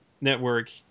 network